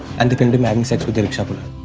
and they filmed him having sex with a rickshaw-puller.